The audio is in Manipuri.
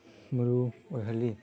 ꯃꯔꯨ ꯑꯣꯏꯍꯜꯂꯤ